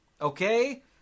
Okay